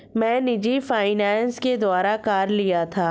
मैं निजी फ़ाइनेंस के द्वारा कार लिया था